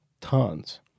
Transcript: Tons